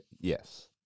yes